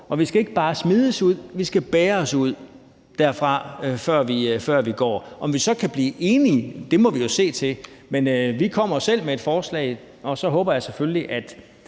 og vi skal ikke bare smides ud, men bæres ud derfra, før vi går. Om vi så kan blive enige, må vi jo se, men vi kommer selv med et forslag, og så håber jeg selvfølgelig, at